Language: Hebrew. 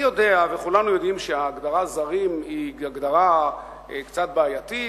אני יודע וכולנו יודעים שההגדרה "זרים" היא הגדרה קצת בעייתית,